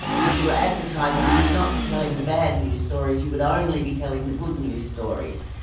if you were advertising, you would not be telling the bad news stories, you would only be telling the good news stories.